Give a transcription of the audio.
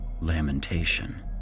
lamentation